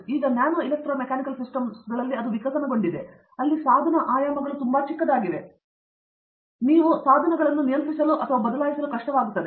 ಈಗ nano electromechanical ಸಿಸ್ಟಮ್ಗಳಲ್ಲಿ ಅದು ವಿಕಸನಗೊಂಡಿದೆ ಅಲ್ಲಿ ಸಾಧನ ಆಯಾಮಗಳು ತುಂಬಾ ಚಿಕ್ಕದಾಗಿದೆ ಮತ್ತು ನೀವು ಕೆಲವು ಸಾಧನಗಳನ್ನು ನಿಯಂತ್ರಿಸಲು ಅಥವಾ ಬದಲಾಯಿಸಲು ಸಾಧ್ಯವಾಗುತ್ತದೆ